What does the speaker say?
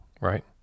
right